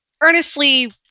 earnestly